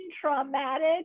traumatic